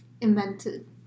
invented